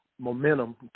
momentum